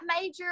major